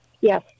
Yes